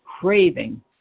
craving